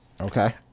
Okay